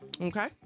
Okay